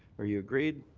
are you agreed?